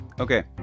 okay